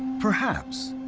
perhaps,